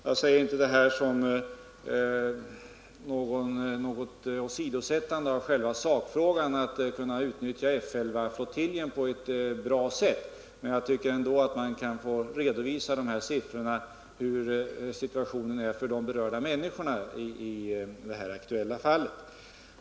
Jag vill inte med detta åsidosätta själva sakfrågan, att kunna utnyttja F 11-flottiljen på ett bra sätt, men jag tycker att man kan få redovisa siffrorna över hur situationen ter sig för de berörda människorna i det aktuella fallet.